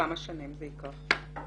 כמה שנים זה ייקח?